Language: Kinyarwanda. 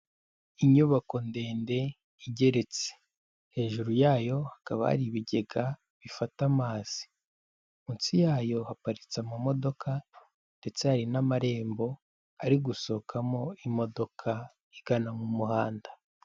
Inyubako ndende igeretse, hejuru yayo hakaba hari ibigega bifata amazi, munsi yayo haparitse amamodoka ndetse hari n'amarembo ari gusohokamo imodoka igana mu muhanda.